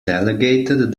delegated